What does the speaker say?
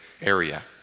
area